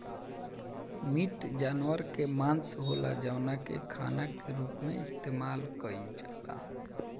meat जानवर के मांस होला जवना के खाना के रूप में इस्तेमाल कईल जाला